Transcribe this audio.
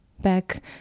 back